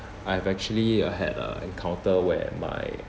I've actually had a encounter where my